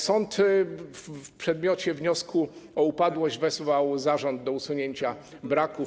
Sąd w przedmiocie wniosku o upadłość wezwał zarząd do usunięcia braków.